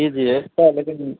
जी जी अछि तऽ लेकिन